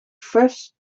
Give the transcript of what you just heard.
first